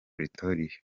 pretoria